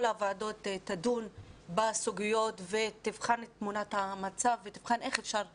הוועדות ידונו בסוגיות ויבחנו את תמונת המצב ויבחנו איך אפשר לעזור.